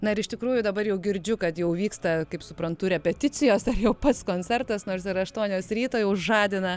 na ir iš tikrųjų dabar jau girdžiu kad jau vyksta kaip suprantu repeticijos ar jau pats koncertas nors yra aštuonios ryto jau žadina